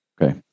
Okay